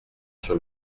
sur